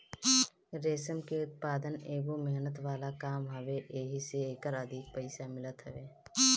रेशम के उत्पदान एगो मेहनत वाला काम हवे एही से एकर अधिक पईसा मिलत हवे